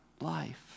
life